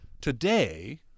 today